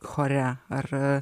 chore ar